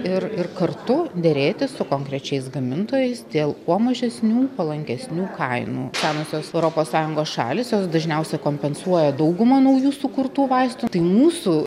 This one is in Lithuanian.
ir ir kartu derėtis su konkrečiais gamintojais dėl kuo mažesnių palankesnių kainų senosios europos sąjungos šalys jos dažniausia kompensuoja daugumą naujų sukurtų vaistų tai mūsų